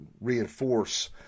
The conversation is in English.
reinforce